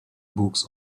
books